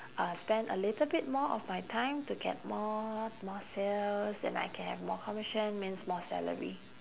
uh spend a little bit more of my time to get more more sales then I can have more commission means more salary